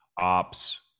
ops